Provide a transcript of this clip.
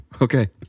Okay